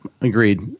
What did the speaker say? agreed